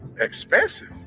Expensive